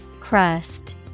Crust